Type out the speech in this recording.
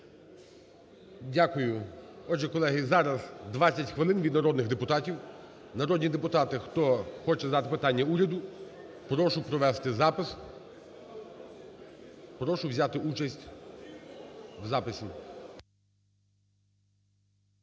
Дякую. Отже, колеги, зараз 20 хвилин від народних депутатів. Народні депутати, хто хоче задати питання уряду, прошу провести запис, прошу взяти участь в записі.